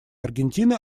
аргентины